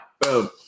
Boom